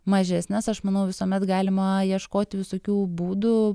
mažesnės aš manau visuomet galima ieškoti visokių būdų